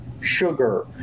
sugar